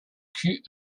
cul